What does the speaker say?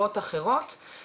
אתה רוצה לספר מה לך היה?